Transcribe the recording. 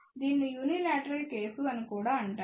దీనిని unilateral case అని కూడా అంటారు